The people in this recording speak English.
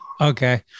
Okay